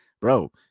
bro